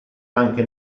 anche